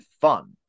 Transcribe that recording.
fun